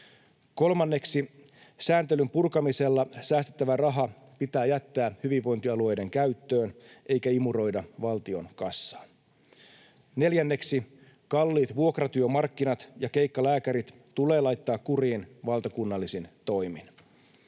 Kolmanneksi: sääntelyn purkamisella säästettävä raha pitää jättää hyvinvointialueiden käyttöön eikä imuroida valtion kassaan. Neljänneksi: kalliit vuokratyömarkkinat ja keikkalääkärit tulee laittaa kuriin valtakunnallisin toimin.